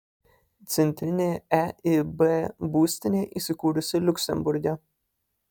centrinė eib būstinė įsikūrusi liuksemburge